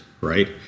right